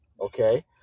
okay